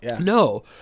No